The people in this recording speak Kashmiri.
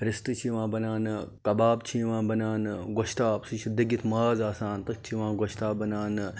رِستہٕ چھِ یِوان بَناونہٕ کَباب چھِ یِوان بَناونہٕ گۄشتاب سُہ چھُ دٔگِتھ ماز آسان تٔتھۍ چھِ یِوان گۄشتاب بَناونہٕ